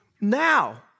now